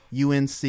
UNC